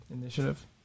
initiative